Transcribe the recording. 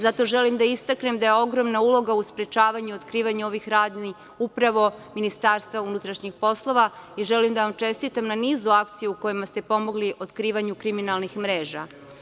Zato želim da istaknem da je ogromna uloga u sprečavanju i otkrivanju ovih radnji upravo MUP i želim da vam čestitam na nizu akcija u kojima ste pomogli otkrivanju kriminalnih mreža.